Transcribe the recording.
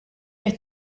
qed